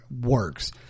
works